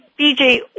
BJ